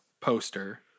poster